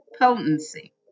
potency